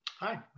Hi